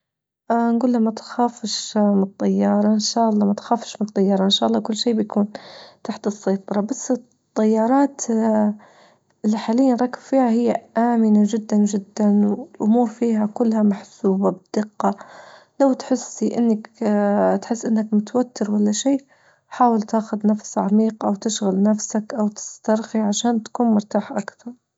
آ نجول له ما تخافش من الطيارة إن شاء الله ما تخافش من الطيارة إن شاء الله كل شيء بيكون تحت السيطرة، بس الطيارات اللي حاليا راكب فيها هي آمنة جدا-جدا والأمور فيها كلها محسوبة بدقة لو تحس في أنك تحس أنك متوتر ولا شي حاول تاخذ نفس عميق أو تشغل نفسك أو تسترخي عشان تكون مرتاح أكتر.